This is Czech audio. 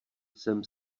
jsem